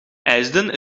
eisden